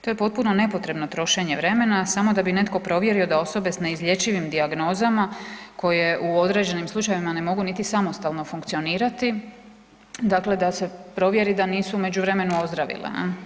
To je potpuno nepotrebno trošenje vremena samo da bi netko provjerio s neizlječivim dijagnozama koje u određenim slučajevima ne mogu niti samostalno funkcionirati, dakle da se provjeri da nisu u međuvremenu ozdravile.